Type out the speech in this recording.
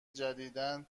جدیدا